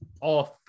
off